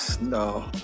No